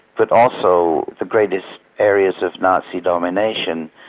but also the greatest areas of nazi domination.